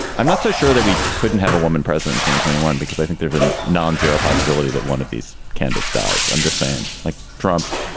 i'm not so sure that we couldn't have a woman president, twelve twenty one, because i think there's a non-zero possibility that one of these candidates dies. i'm just saying, like trump,